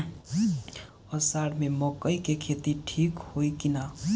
अषाढ़ मे मकई के खेती ठीक होई कि ना?